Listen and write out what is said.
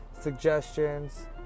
suggestions